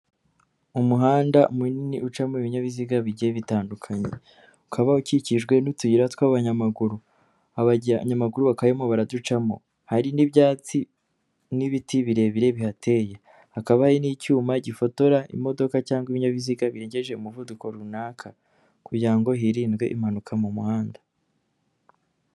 umuhanda munini ucamo ibinyabiziga bijye bitandukanye ukaba ukikijwe n'utuyira tw'abanyamaguru abanyamaguru bakayemo baraducamo hari n'ibyatsi n'ibiti birebire bihateye hakaba n'icyuma gifotora imodoka cyangwa ibinyabiziga birengeje umuvuduko runaka kugirango hirindwe impanuka mu muhanda Umuhanda munini ucamo ibinyabiziga bigoye bitandukanye ukaba ukikijwe n'utuyira tw'abanyamaguru, abanyamaguru bakaba barimo baraducamo, hari n'ibyatsi n'ibiti birebire bihateye, hakaba n'icyuma gifotora imodika cyangwa ibinyabiziga birengeje umuvuduko runaka kugirango hirindwe impanuka mu muhanda.